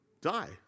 die